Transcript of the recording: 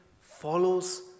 follows